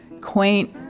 quaint